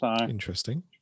Interesting